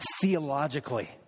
theologically